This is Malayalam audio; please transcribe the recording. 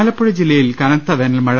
ആലപ്പുഴ ജില്ലയിൽ കനത്ത വേനൽ മഴ